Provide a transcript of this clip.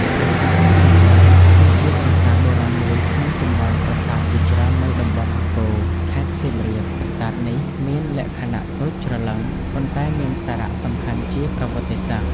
ប្រាសាទព្រហ្មកិល គឺជាប្រាសាទបុរាណមួយក្នុងចំណោមប្រាសាទជាច្រើននៅតំបន់អង្គរ ខេត្តសៀមរាប ប្រាសាទនេះមានលក្ខណៈតូចច្រឡឹង ប៉ុន្តែមានសារៈសំខាន់ជាប្រវត្តិសាស្ត្រ។